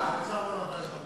האוצר לא נתן, תודה.